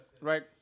Right